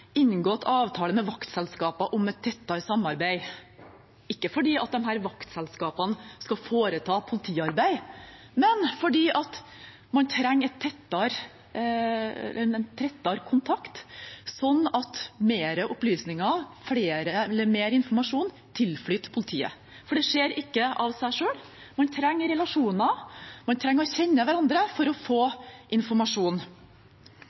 inngått avtale med vaktselskaper om et tettere samarbeid – ikke fordi disse vaktselskapene skal foreta politiarbeid, men fordi man trenger en tettere kontakt, slik at mer informasjon tilflyter politiet. For det skjer ikke av seg selv. Man trenger relasjoner, man trenger å kjenne hverandre for å